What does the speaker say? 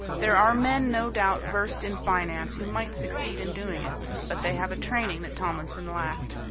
there are men, no doubt, versed in finance, who might succeed in doing it. but they have a training that tomlinson lacked.